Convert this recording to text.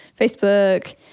Facebook